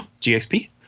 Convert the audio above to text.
GXP